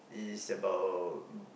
is about